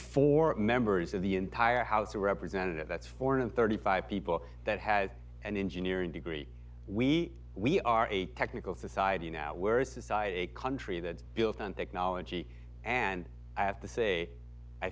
four members of the entire house of representatives that's four and thirty five people that has an engineering degree we we are a technical society now we're a society a country that's built on technology and i have to say i